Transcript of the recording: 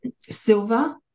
silver